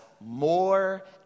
more